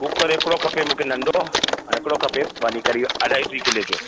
cooker हिकिड़ो खपे मूंखे नंढो ऐं हिकिड़ो खपे बाक़ी क़रीबु अढ़ाई टे किले जो